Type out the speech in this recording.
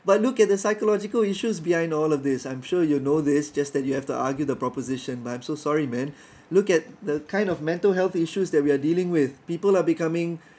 but look at the psychological issues behind all of these I'm sure you know this just that you have to argue the proposition but I'm so sorry man look at the kind of mental health issues that we're dealing with people are becoming